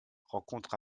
rencontre